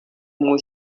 muy